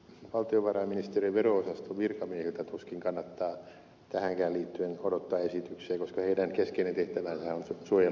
valtiovarainministeriön vero osaston virkamiehiltä tuskin kannattaa tähänkään liittyen odottaa esityksiä koska heidän keskeinen tehtävänsä on suojella veropohjaa